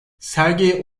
sergi